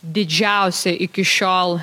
didžiausia iki šiol